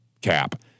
cap